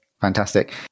Fantastic